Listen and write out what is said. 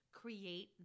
create